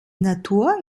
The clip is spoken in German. natur